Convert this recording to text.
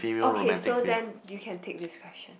okay so then you can pick this question